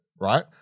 right